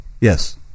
yes